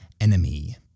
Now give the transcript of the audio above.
Enemy